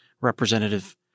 representative